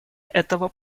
этого